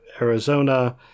Arizona